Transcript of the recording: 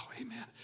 amen